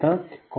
5 14